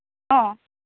অঁ